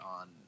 on